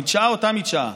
המדשאה היא אותה מדשאה,